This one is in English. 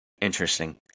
interesting